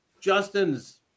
Justin's